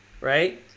right